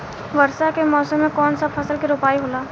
वर्षा के मौसम में कौन सा फसल के रोपाई होला?